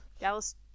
Dallas